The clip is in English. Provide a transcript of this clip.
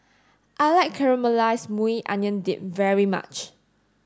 I like Caramelized Maui Onion Dip very much